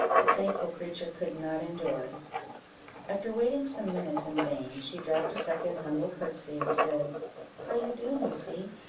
the faithful creature could not endure after waiting some minutes in vain, she dropped a second humble courtesy, and said how you do, missy?